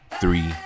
three